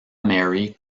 mary